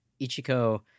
Ichiko